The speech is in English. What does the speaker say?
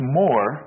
more